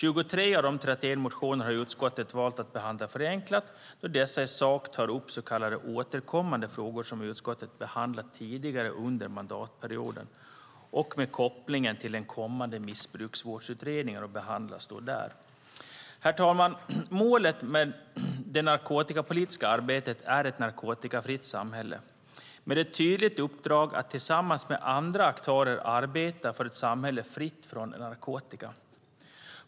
Utskottet har valt att behandla 23 av de 31 motionerna förenklat då dessa i sak tar upp så kallade återkommande frågor som utskottet har behandlat tidigare under mandatperioden och med koppling till den kommande missbruksutredningen och då behandlas där. Herr talman! Målet för det narkotikapolitiska arbetet är ett narkotikafritt samhälle med ett tydligt uppdrag att tillsammans med andra aktörer arbeta för ett samhälle fritt från narkotika.